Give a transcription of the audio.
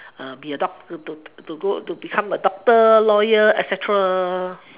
be a doc~ to to become a doctor a lawyer et cetera